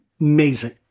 Amazing